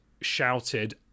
shouted